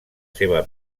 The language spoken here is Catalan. seva